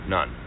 None